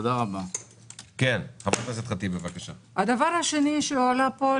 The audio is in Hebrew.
אימאן ח'טיב יאסין (רע"מ - רשימת האיחוד הערבי): הדבר השני שעלה פה,